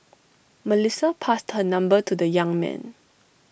Melissa passed her number to the young man